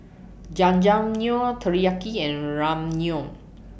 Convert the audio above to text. Jajangmyeon Teriyaki and Ramyeon